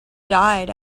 died